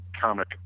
comic